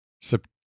September